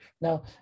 Now